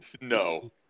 No